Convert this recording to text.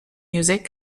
music